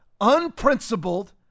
unprincipled